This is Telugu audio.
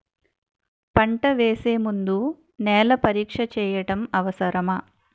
పంట వేసే ముందు నేల పరీక్ష చేయటం అవసరమా?